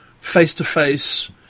face-to-face